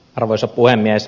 arvoisa puhemies